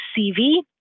CV